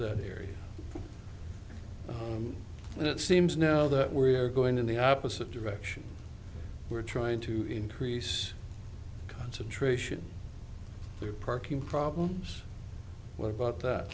that area and it seems now that we are going in the opposite direction we're trying to increase concentration of parking problems what about that